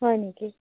হয় নেকি